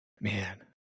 Man